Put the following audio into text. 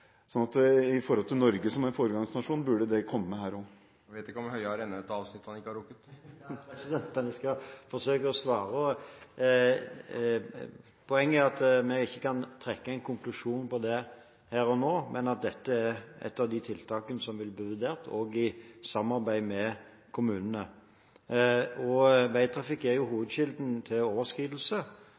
Norge som en foregangsnasjon burde det komme her også. Da vet jeg ikke om Høie har enda et avsnitt han ikke har rukket å lese. Nei, men jeg skal forsøke å svare. Poenget er at vi ikke kan trekke en konklusjon på det her og nå, men dette er et av de tiltakene som vil bli vurdert – òg i samarbeid med kommunene. Vegtrafikk er hovedkilden til overskridelse,